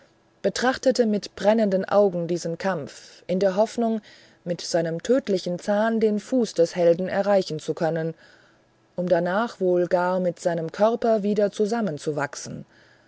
betrachtete mit brennenden augen diesen kampf in der hoffnung mit seinem tödlichen zahn den fuß des helden erreichen zu können um danach wohl gar mit seinem körper wieder zusammenzuwachsen